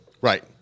Right